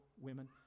women